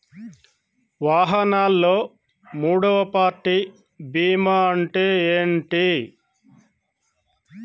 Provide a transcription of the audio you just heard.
వాహనాల్లో మూడవ పార్టీ బీమా అంటే ఏంటి?